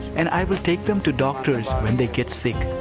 and i will take them to doctors when they get sick.